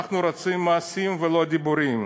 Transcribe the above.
אנחנו רוצים מעשים, ולא דיבורים.